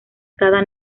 cada